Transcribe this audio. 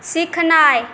सिखनाइ